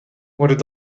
worden